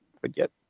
forget